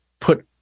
put